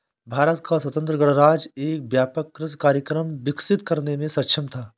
भारत का स्वतंत्र गणराज्य एक व्यापक कृषि कार्यक्रम विकसित करने में सक्षम था